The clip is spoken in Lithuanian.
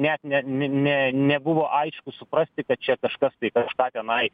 net ne ne ne nebuvo aišku suprasti kad čia kažkas kažką tenai